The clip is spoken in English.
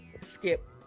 Skip